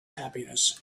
happiness